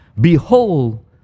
Behold